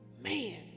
man